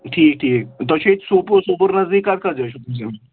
ٹھیٖک ٹھیٖک تۄہہِ چھُو ییٚتہِ سوپور سوپور نزدیٖک کَتھ کَتھ جایہِ چھُو تُہۍ یِم